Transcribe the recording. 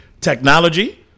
Technology